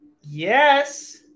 Yes